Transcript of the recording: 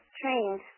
trained